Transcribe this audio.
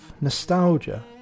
nostalgia